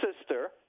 sister